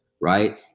right